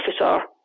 officer